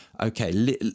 okay